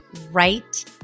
right